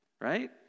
right